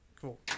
cool